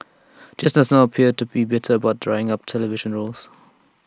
just does not appear to be bitter about drying up of television roles